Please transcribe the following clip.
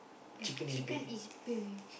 ya chicken is big